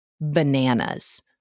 bananas